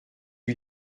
lui